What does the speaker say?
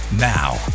Now